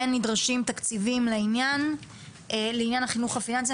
כן נדרשים תקציבים לעניין החינוך הפיננסי.